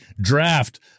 draft